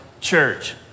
church